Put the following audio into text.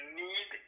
need